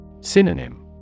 Synonym